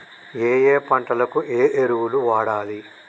ఏయే పంటకు ఏ ఎరువులు వాడాలి?